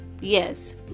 Yes